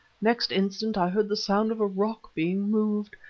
next instant i heard the sound of a rock being moved,